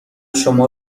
شما